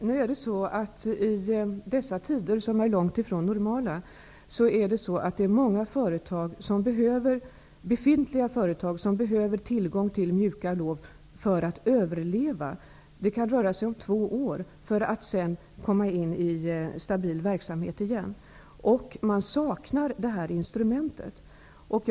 Herr talman! I dessa tider, som är långt ifrån normala, behöver många företag tillgång till mjuka lån för att överleva. Det kan röra sig om en period på två år. Sedan kan de komma in i en stabil verksamhet igen. Det här instrumentet saknas.